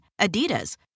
Adidas